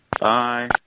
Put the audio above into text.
Bye